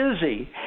busy